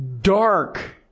Dark